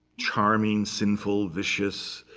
charming, sinful, vicious,